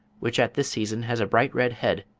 which at this season has a bright red head,